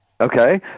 Okay